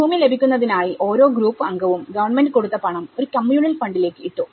ഭൂമി ലഭിക്കുന്നതിനായി ഓരോ ഗ്രൂപ്പ് അംഗവും ഗവണ്മെന്റ് കൊടുത്ത പണം ഒരു കമ്മ്യൂണൽ ഫണ്ടിലേക്ക്ഇട്ടു